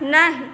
नहि